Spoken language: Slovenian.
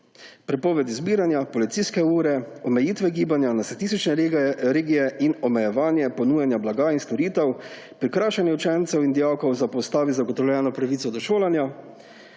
prepovedi zbiranja, policijske ure, omejitve gibanja na statistične regije in omejevanje ponujanja blaga in storitev, prikrajšanje učencev in dijakov za po ustavi zagotovljeno pravico do šolanja.